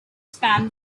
span